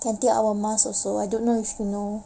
can take our masks also I don't know if you know